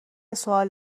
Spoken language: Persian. سوال